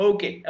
Okay